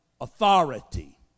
authority